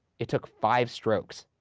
it took five strokes.